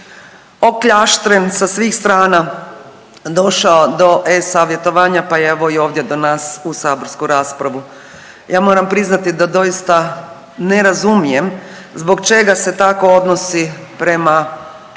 okljaštren sa svih strana došao do e-Savjetovanja pa evo i ovdje do nas u saborsku raspravu. Ja moram priznati da doista ne razumijem zbog čega se tako odnosi prema radnim